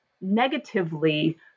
negatively